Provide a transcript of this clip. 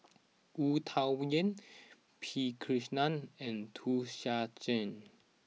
Wu Tsai Yen P Krishnan and Wu Tsai Yen